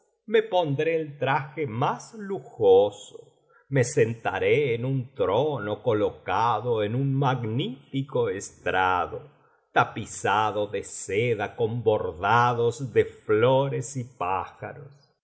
me pondré el traje más lujoso me sentaré en un trono colocado en un magnífico estrado tapizado de seda con bordados de flores y pájaros y